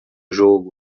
jogo